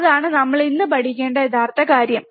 അതാണ് നമ്മൾ ഇന്ന് പഠിക്കേണ്ട യഥാർത്ഥ കാര്യം